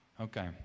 Okay